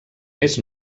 més